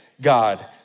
God